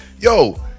yo